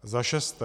Za šesté.